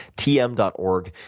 tm dot org.